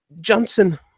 Johnson